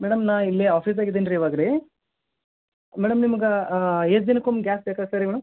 madam ನಾ ಇಲ್ಲಿ ಆಫೀಸ್ದಾಗ ಇದ್ದೀನಿ ರೀ ಇವಾಗ ರೀ ಮೇಡಮ್ ನಿಮ್ಗೆ ಎಷ್ಟು ದಿನಕ್ಕೊಮ್ಮೆ ಗ್ಯಾಸ್ ಬೇಕಾಗ್ತದೆ ರೀ ಮೇಡಮ್